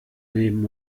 neben